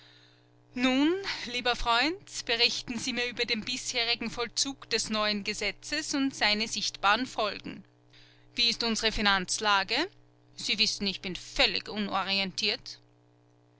nun lieber freund berichten sie mir über den bisherigen vollzug des neuen gesetzes und seine sichtbaren folgen wie ist unsere finanzlage sie wissen ich bin völlig